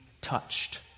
touched